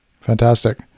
Fantastic